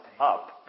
up